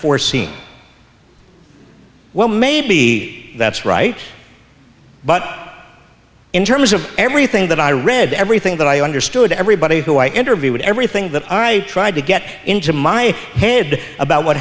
foreseen well maybe that's right but in terms of everything that i read everything that i understood everybody who i interviewed everything that i tried to get into my head about what